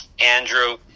andrew